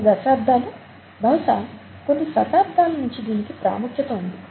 కొన్ని దశాబ్దాలు బహుశా కొన్ని శతాబ్దాలనించి దీనికి ప్రాముఖ్యత ఉంది